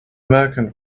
merchant